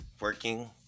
working